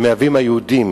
היהודים